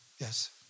Yes